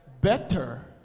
better